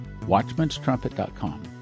Watchmanstrumpet.com